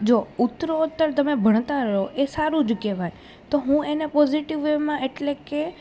જો ઉત્તરોત્તર તમે ભણતા રહો એ સારું જ કહેવાય તો હું એને પોઝિટિવ વેમાં એટલે કે